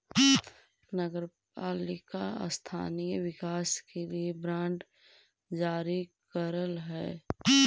नगर पालिका स्थानीय विकास के लिए बांड जारी करऽ हई